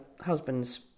husband's